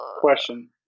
question